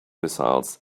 missiles